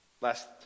Last